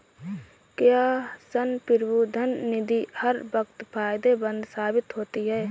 क्या संप्रभु धन निधि हर वक्त फायदेमंद साबित होती है?